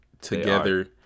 together